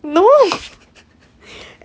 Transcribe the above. no